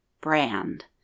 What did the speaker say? brand